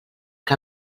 que